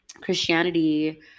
Christianity